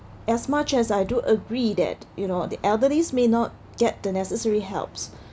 as much as I do agree that you know the elderlies may not get the necessary helps